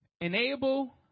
Enable